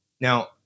Now